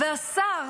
והשר